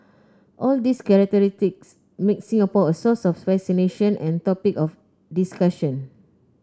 all these characteristics make Singapore a source of fascination and topic of discussion